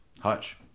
Hutch